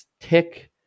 tick